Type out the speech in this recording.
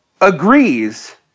agrees